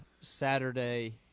Saturday